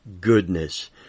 goodness